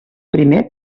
primer